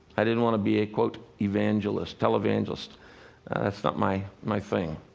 i didn't want to be a, quote, evangelist, televangelist that's not my my thing.